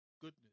goodness